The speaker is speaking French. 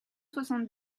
soixante